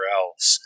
else